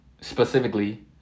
specifically